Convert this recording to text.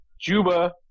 Juba